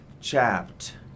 Chapped